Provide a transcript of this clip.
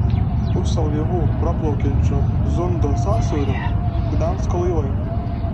pusė laivų praplaukiančių zundo sąsiauriu gdansko laivai